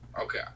Okay